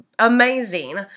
Amazing